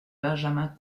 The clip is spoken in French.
benjamin